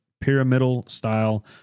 pyramidal-style